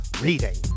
reading